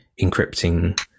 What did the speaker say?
encrypting